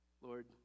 Lord